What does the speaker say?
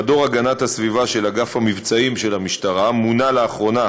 במדור הגנת הסביבה של אגף המבצעים של המשטרה מונה לאחרונה